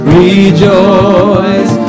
rejoice